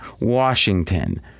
Washington